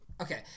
Okay